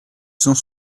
cent